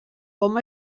com